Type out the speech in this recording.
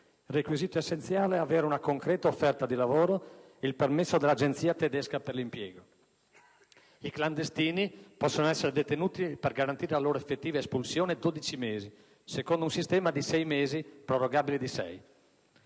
Requisito essenziale è avere una concreta offerta di lavoro e il permesso dall'Agenzia tedesca per l'impiego. I clandestini possono essere detenuti per garantire la loro effettiva espulsioneper sei mesi prorogabili